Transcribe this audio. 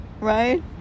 right